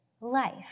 life